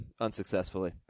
unsuccessfully